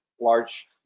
large